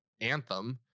Anthem